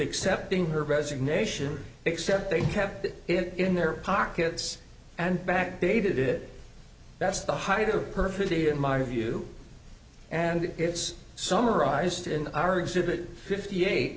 accepting her resignation except they kept it in their pockets and backdated it that's the height of perfidy in my view and it's summarized in our exhibit fifty eight